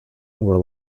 were